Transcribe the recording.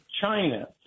China